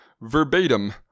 verbatim